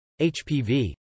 HPV